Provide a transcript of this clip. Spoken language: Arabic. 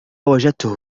وجدته